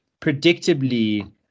predictably